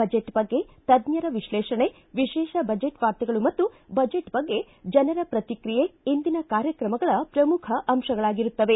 budget ಬಗ್ಗೆ ತಜ್ಜರ ವಿಶ್ಲೇಷಣೆ ವಿಶೇಷ ಬಜೆಟ್ ವಾರ್ತೆಗಳು ಮತ್ತು ಬಜೆಟ್ ಬಗ್ಗೆ ಜನರ ಪ್ರತಿಕ್ರಿಯೆ ಇಂದಿನ ಕಾಯಕ್ರಮಗಳ ಪ್ರಮುಖ ಅಂಶಗಳಾಗಿರುತ್ತವೆ